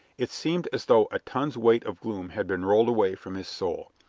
it seemed as though a ton's weight of gloom had been rolled away from his soul.